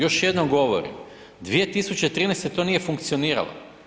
Još jednog govorim, 2013. to nije funkcioniralo.